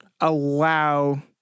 allow